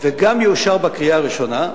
וגם יאושר בקריאה הראשונה,